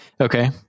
Okay